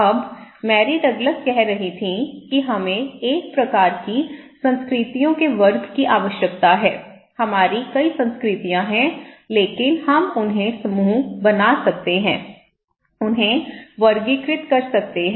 अब Mary Douglas कह रही थीं कि हमें एक प्रकार की संस्कृतियों के वर्ग की आवश्यकता है हमारी कई संस्कृतियाँ हैं लेकिन हम उन्हें समूह बना सकते हैं उन्हें वर्गीकृत कर सकते हैं